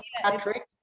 Patrick